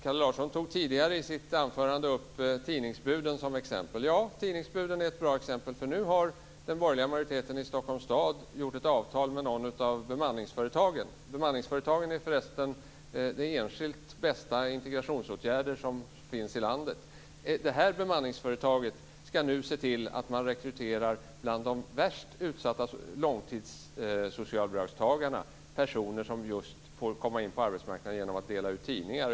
Kalle Larsson tog tidigare i sitt anförande upp tidningsbuden som exempel. Ja, tidningsbuden är ett bra exempel. Den borgerliga majoriteten i Stockholms stad har nämligen nu gjort ett avtal med ett av bemanningsföretagen - vilka förresten är den enskilt bästa integrationsåtgärd som finns i landet - som bland de värst utsatta långtidssocialbidragstagarna ska rekrytera personer som får komma in på arbetsmarknaden just genom att dela ut tidningar.